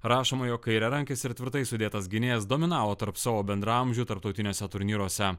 rašoma jog kairiarankis ir tvirtai sudėtas gynėjas dominavo tarp savo bendraamžių tarptautiniuose turnyruose